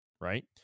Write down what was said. Right